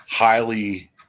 highly